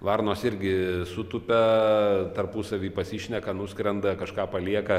varnos irgi sutupia tarpusavy pasišneka nuskrenda kažką palieka